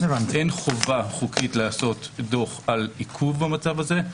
אין חובה חוקית לעשות דוח על עיכוב במצב הזה.